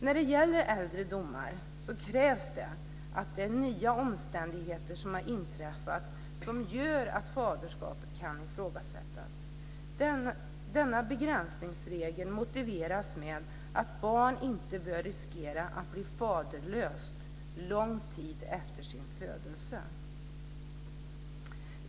När det gäller äldre domar krävs det att nya omständigheter har inträffat som gör att faderskapet kan ifrågasättas. Denna begränsningsregel motiverades med att ett barn inte bör att riskera att det bli faderlöst lång tid efter sin födelse.